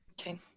okay